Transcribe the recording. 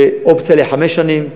אופציה לחמש שנים.